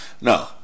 No